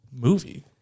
movie